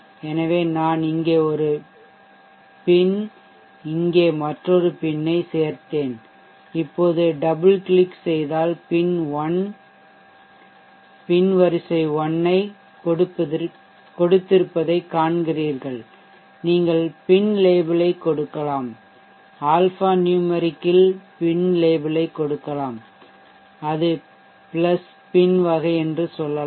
எனவே நான் இங்கே ஒரு PIN இங்கே மற்றொரு PIN ஐ சேர்த்தேன் இப்போது டபுள் கிளிக் செய்தால் PIN எண் 1 PIN வரிசை 1 ஐக் கொடுத்திருப்பதைக் காண்கிறீர்கள் நீங்கள் PIN லேபிளைக் கொடுக்கலாம் ஆல்ஃபாநுமெரிக் ல் லேபிளைக் கொடுக்கலாம் அது PIN வகை என்று சொல்லலாம்